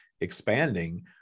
expanding